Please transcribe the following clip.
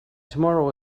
tomorrow